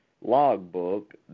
logbook